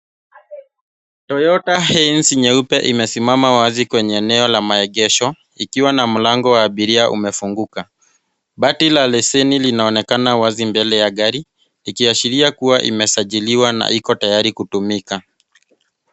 Toyota HIAS nyeupe imesimama wazi kwenye eneo la maegesho ikiwa na mlango wa abiria umefunguka. Bati la leseni linaonekana wazi mbele ya gari ikiashiria kuwa imesajiliwa na iko tayari kutumika.